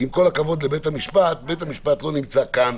עם כל הכבוד לבית המשפט, בית המשפט לא נמצא כאן,